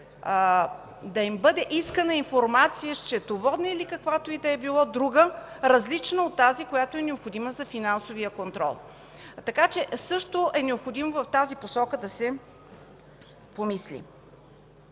да им бъде искана информация – счетоводна, или каквато и да е била друга, различна от тази, която е необходима за финансовия контрол. Така че в тази посока също е необходимо да се помисли.